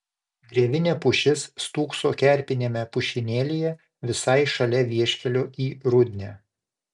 drevinė pušis stūkso kerpiniame pušynėlyje visai šalia vieškelio į rudnią